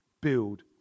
build